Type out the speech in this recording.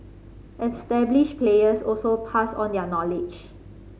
established players also pass on their knowledge